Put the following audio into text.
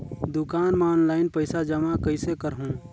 दुकान म ऑनलाइन पइसा जमा कइसे करहु?